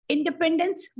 Independence